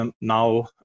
now